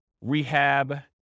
rehab